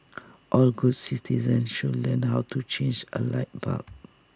all good citizens should learn how to change A light bulb